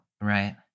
Right